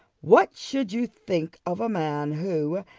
what should you think of a man who,